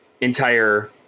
entire